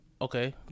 Okay